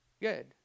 Good